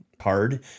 hard